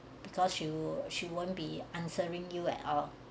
because you she won't be answering you at all